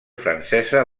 francesa